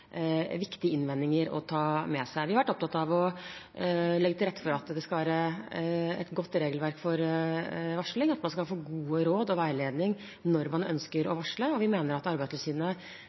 viktige innvendinger å ta med seg. Vi har vært opptatt av å legge til rette for at det skal være et godt regelverk for varsling, at man skal få gode råd og veiledning når man ønsker å varsle, og vi mener at Arbeidstilsynet,